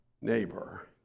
neighbor